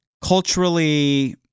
culturally